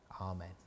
amen